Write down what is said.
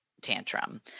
tantrum